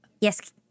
Yes